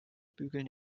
bügeln